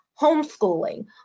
homeschooling